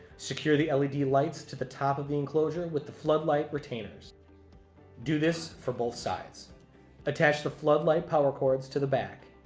secure the led lights to the top of the enclosure with the floodlight retainers do this for both sides attach the floodlight power cords to the back